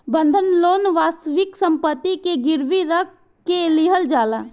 बंधक लोन वास्तविक सम्पति के गिरवी रख के लिहल जाला